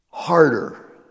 Harder